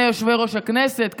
יושב-ראש הכנסת,